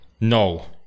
No